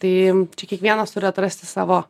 tai čia kiekvienas turi atrasti savo